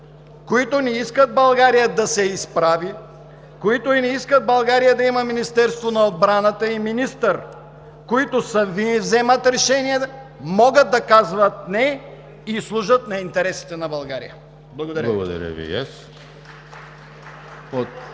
които не искат България да се изправи, които не искат България да има Министерство на отбраната и министър, които сами вземат решения, могат да казват „не“ и служат на интересите на България. Благодаря Ви.